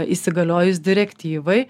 įsigaliojus direktyvai